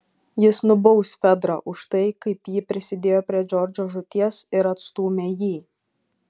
jis nubaus fedrą už tai kaip ji prisidėjo prie džordžo žūties ir atstūmė jį